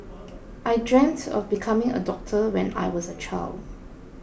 I dreamt of becoming a doctor when I was a child